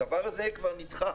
הדבר הזה כבר נדחה.